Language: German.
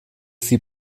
sie